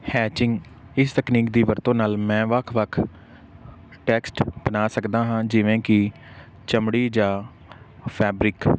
sketching ਇਸ ਤਕਨੀਕ ਦੀ ਵਰਤੋਂ ਨਾਲ ਮੈਂ ਵੱਖ ਵੱਖ ਟੈਕਸਟ ਬਣਾ ਸਕਦਾ ਹਾਂ ਜਿਵੇਂ ਕਿ ਚਮੜੀ ਜਾਂ ਫੈਬਰਿਕ